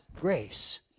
grace